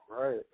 right